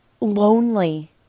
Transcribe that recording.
lonely